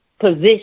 position